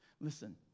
Listen